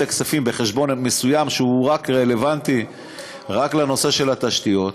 הכספים בחשבון מסוים שהוא רלוונטי רק לנושא התשתיות,